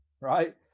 right